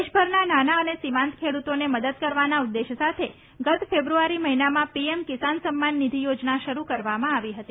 દેશભરના નાના અને સીમાંત ખેડૂતોને મદદ કરવાના ઉદ્દેશ્ય સાથે ગત ફેબ્રુઆરી મહિનામાં પીએમ કિસાન સમ્માન નિધિ યોજના શરૂ કરવામાં આવી હતી